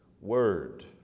word